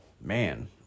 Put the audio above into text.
man